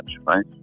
right